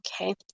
Okay